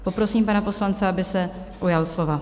Poprosím pana poslance, aby se ujal slova.